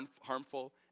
harmful